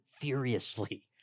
furiously